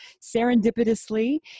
serendipitously